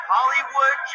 Hollywood